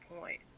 point